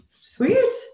sweet